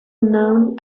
known